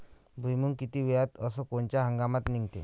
भुईमुंग किती वेळात अस कोनच्या हंगामात निगते?